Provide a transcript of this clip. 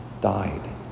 died